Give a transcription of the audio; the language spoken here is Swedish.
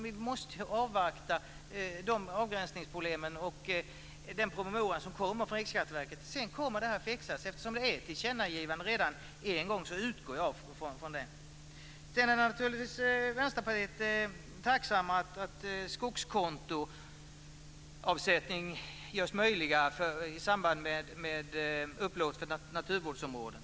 Vi måste ju avvakta promemorian om avgränsningsproblemen som kommer från Riksskatteverket. Sedan kommer det här att fixa sig. Eftersom det redan gjorts ett tillkännagivande en gång utgår jag från det. Vänsterpartiet är naturligtvis tacksamt att skogskontoavsättning görs möjlig i samband med upplåtna naturvårdsområden.